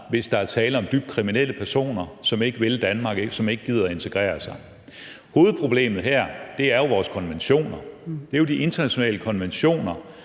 hvis der er tale om dybt kriminelle personer, som ikke vil Danmark og ikke gider integrere sig. Hovedproblemet her er jo vores konventioner – det er jo i forhold til vores internationale konventioner,